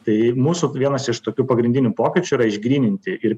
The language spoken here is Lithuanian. tai mūsų vienas iš tokių pagrindinių pokyčių yra išgryninti ir